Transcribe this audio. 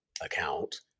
account